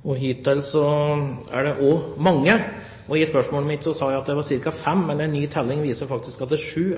og hittil i år er det òg mange. I spørsmålet sa jeg at det er ca. fem, men en ny telling viser faktisk at det er sju